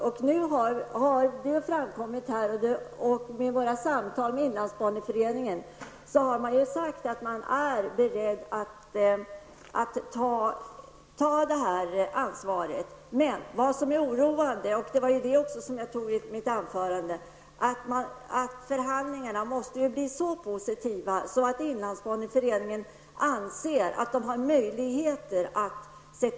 Det har framkommit här och vid våra samtal med Inlandsbaneföreningen att man är beredd att ta detta ansvar. Det som är viktigt, och som jag nämnde i mitt inledningsanförande, är att förhandlingarna måste bli så positiva att